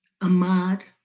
Ahmad